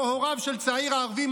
או הוריו של צעיר ערבי,